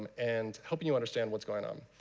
um and helping you understand what's going on.